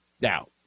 Now